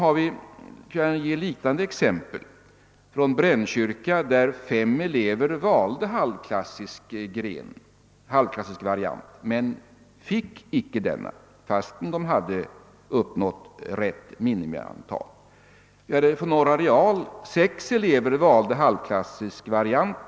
Jag kan ge liknande exempel från Stockholm. I Brännkyrka valde fem elever halvklassisk variant men fick icke denna, fastän de uppnått rätt minimiantal. Vid Norra Real valde sex elever halvklassisk variant.